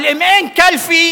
אבל אם אין קלפי,